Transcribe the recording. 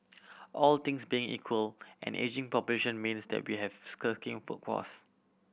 all things being equal an ageing population means that we have a shirking workforce